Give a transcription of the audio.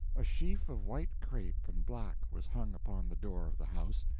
a sheaf of white crape and black was hung upon the door of the house,